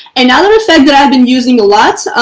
another effect that i've been using a lot,